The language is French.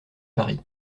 paris